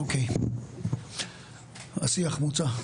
אוקיי, השיח בוצע.